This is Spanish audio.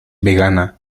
vegana